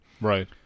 Right